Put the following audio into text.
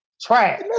Trash